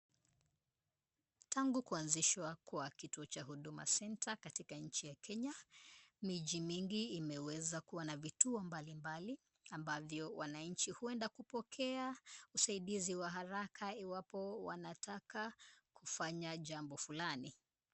Tangu kuanzishwa kwa kituo cha Huduma Centre katika nchi ya Kenya, miji mingi imeweza kuwa na vituo mbalimbali ambavyo wananchi huenda kupokea usaidizi wa haraka iwapo wanataka kufanya jambo fulani.